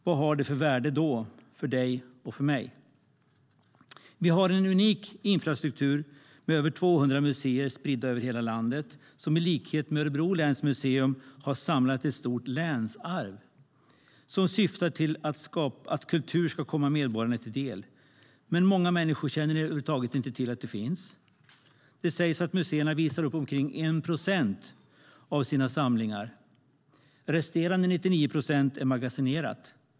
Vad har de för värde för dig och för mig? Sverige har en unik infrastruktur med över 200 museer spridda över hela landet, som i likhet med Örebro läns museum har samlat ett stort länsarv som syftar till att kultur ska komma medborgarna till del. Men många människor känner över huvud taget inte till att dessa museer finns. Det sägs att museerna visar upp omkring 1 procent av sina samlingar. Resterande 99 procent är magasinerade.